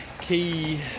key